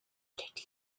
pretty